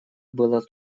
было